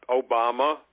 Obama